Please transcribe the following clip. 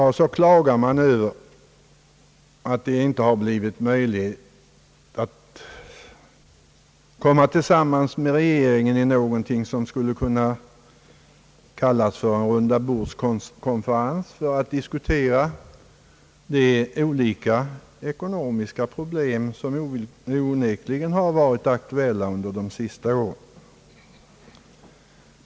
Vidare klagar man över att det inte har blivit möjligt att komma tillsammans med regeringen i någonting som skulle kunna kallas för rundabordskonferenser, för att diskutera de olika ekonomiska problem som onekligen har varit aktuella under de senaste åren.